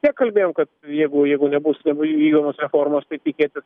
tiek kalbėjom kad jeigu jeigu nebus v vykdomos reformos tai tikėtis